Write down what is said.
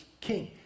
king